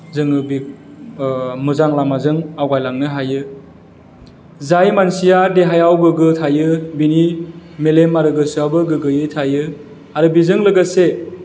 जोङो बे मोजां लामाजों आवगायलांनो हायो जाय मानसिया देहायाव गोग्गो थायो बिनि मेलेम आरो गोसोआबो गोग्गोयै थायो आरो बेजों लोगोसे